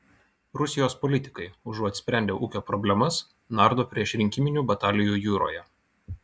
rusijos politikai užuot sprendę ūkio problemas nardo priešrinkiminių batalijų jūroje